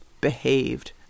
behaved